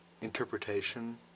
interpretation